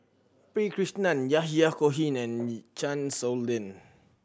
P Krishnan Yahya Cohen and Chan Sow Lin